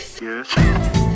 Yes